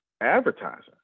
advertising